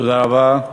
תודה רבה.